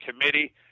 committee